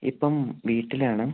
ഇപ്പം വീട്ടിലാണ്